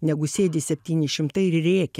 negu sėdi septyni šimtai ir rėkia